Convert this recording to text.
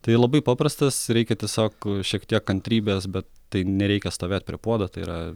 tai labai paprastas reikia tiesiog šiek tiek kantrybės bet tai nereikia stovėt prie puodo tai yra